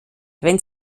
wenn